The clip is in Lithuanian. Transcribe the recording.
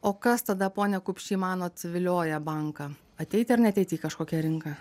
o kas tada pone kupši manot vilioja banką ateiti ar neateiti į kažkokią rinką